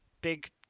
big